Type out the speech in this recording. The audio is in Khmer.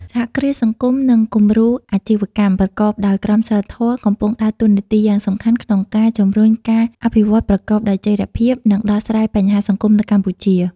សហគ្រាសសង្គមនិង គំរូអាជីវកម្មប្រកបដោយក្រមសីលធម៌កំពុងដើរតួនាទីយ៉ាងសំខាន់ក្នុងការជំរុញការអភិវឌ្ឍប្រកបដោយចីរភាព និងដោះស្រាយបញ្ហាសង្គមនៅកម្ពុជា ។